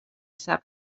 sap